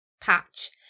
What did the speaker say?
Patch